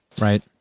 Right